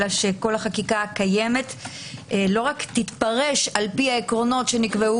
אלא שכל החקיקה הקיימת לא רק תתפרש לפי העקרונות שנקבעו